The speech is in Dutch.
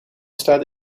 staat